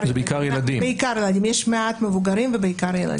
יש מעט מבוגרים ובעיקר ילדים.